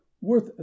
worth